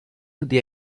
the